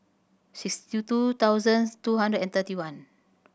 sixty two thousand two hundred and thirty one